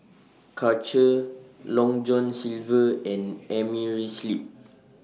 Karcher Long John Silver and Amerisleep